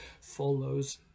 follows